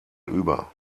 über